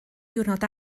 diwrnod